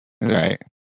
right